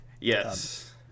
Yes